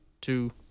two